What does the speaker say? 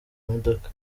imodoka